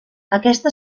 aquesta